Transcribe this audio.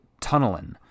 Tunnelin